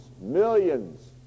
millions